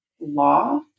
law